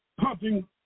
pumping